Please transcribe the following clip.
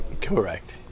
Correct